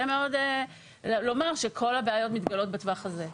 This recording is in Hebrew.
מאוד לומר שכל הבעיות מתגלות בטווח הזה.